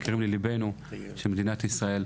יקרים לליבה של מדינת ישראל.